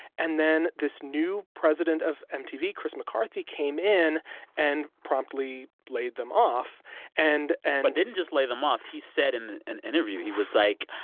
and then this new president of mtv, chris mccarthy, came in and promptly laid them off and. but and and didn't just lay them off. he said in an interview, he was like,